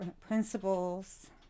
principles